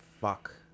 Fuck